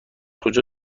کجا